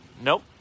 Nope